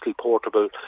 portable